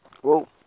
Whoa